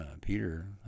Peter